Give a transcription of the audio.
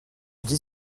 dix